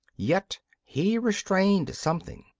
yet he restrained something.